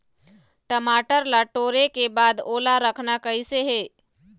टमाटर ला टोरे के बाद ओला रखना कइसे हे?